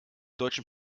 deutschen